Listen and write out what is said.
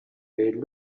they